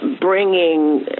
bringing